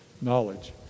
knowledge